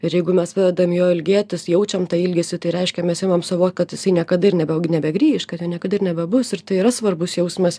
ir jeigu mes pradedam jo ilgėtis jaučiam tą ilgesį tai reiškia mes imam suvokt kad jisai niekada ir nebe nebegrįš kad jo niekada ir nebebus ir tai yra svarbus jausmas